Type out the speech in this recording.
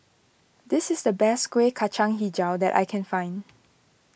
this is the best Kueh Kacang HiJau that I can find